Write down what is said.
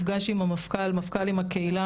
דבר ראשון זה מפגש של המפכ"ל עם הקהילה,